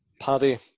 Paddy